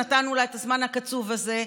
שנתנו לה את הזמן הקצוב הזה,